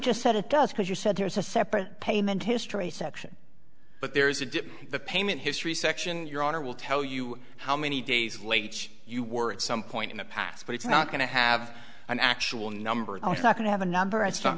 just said it does because you said there is a separate payment history section but there is a dip the payment history section your honor will tell you how many days later you were at some point in the past but it's not going to have an actual number i was talking to have a number of sto